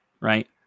right